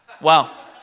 Wow